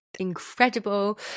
incredible